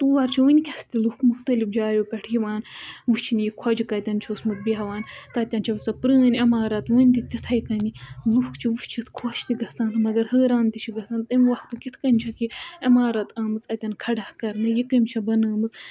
تور چھِ وٕنۍکٮ۪س تہِ لُکھ مُختلِف جایو پٮ۪ٹھ یِوان وٕچھنہِ یہِ خۄجہِ کَتٮ۪ن چھُ اوسمُت بیٚہوان تَتٮ۪ن چھِ سۄ پرٛٲنۍ عمارَت وٕنہِ تہِ تِتھٕے کٔنی لُکھ چھِ وٕچھِتھ خۄش تہِ گژھان مگر حٲران تہِ چھِ گژھان تمہِ وَقتہٕ کِتھ کٔنۍ چھَکھ یہِ عمارَت آمٕژ اَتٮ۪ن کھَڑا کَرنہٕ یہِ کٔمۍ چھےٚ بَنٲومہٕ